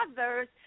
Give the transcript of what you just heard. others